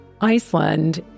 Iceland